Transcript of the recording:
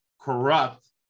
corrupt